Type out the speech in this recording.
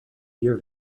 year